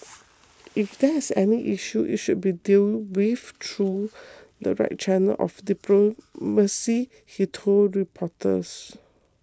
if there is any issue it should be dealt with through the right channels of diplomacy he told reporters